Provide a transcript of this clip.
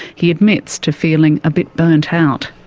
he admits to feeling a bit burnt out.